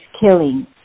killing